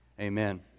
amen